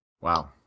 Wow